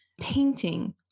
painting